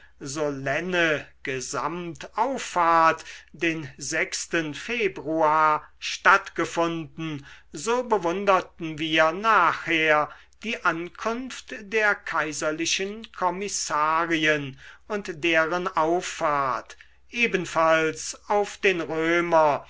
solenne gesamtauffahrt den februar stattgefunden so bewunderten wir nachher die ankunft der kaiserlichen kommissarien und deren auffahrt ebenfalls auf den römer